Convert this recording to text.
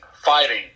fighting